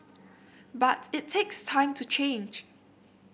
but it takes time to change